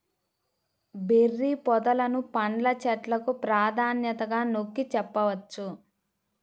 berry పొదలను పండ్ల చెట్లకు ప్రాధాన్యతగా నొక్కి చెప్పవచ్చు